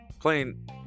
playing